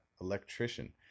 electrician